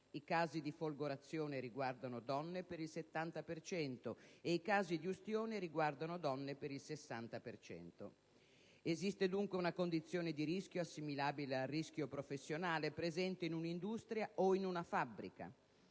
i casi di folgorazione riguardano donne per il 70 per cento, e i casi di ustione riguardano donne per il 60 per cento. Esiste dunque una condizione di rischio assimilabile al rischio professionale presente in un'industria o in una fabbrica.